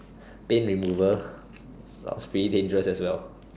paint remover sounds pretty dangerous as well